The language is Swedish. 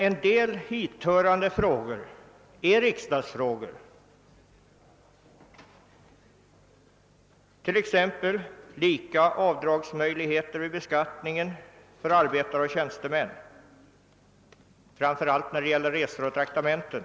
Vissa hithörande frågor ligger emellertid på riksdagsplanet, t.ex. lika avdragsmöjligheter för beskattning av arbetare och tjänstemän, framför allt när det gäller resor och traktamenten.